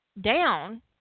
down